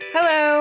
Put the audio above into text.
Hello